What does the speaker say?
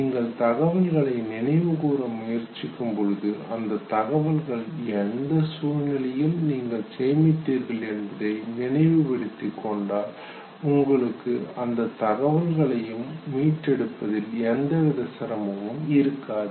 நீங்கள் தகவல்களை நினைவுகூர முயற்சிக்கும்போது அந்தத் தகவல்கள் எந்த சூழ்நிலையில் நீங்கள் சேமித்தீர்கள் என்பதை நினைவுபடுத்திக் கொண்டால் உங்களுக்கு அந்த தகவல்களையும் மீட்டெடுப்பதில் எந்தவித சிரமமும் இருக்காது